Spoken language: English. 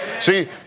See